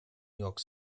york